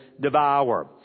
devour